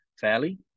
fairly